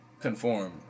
conform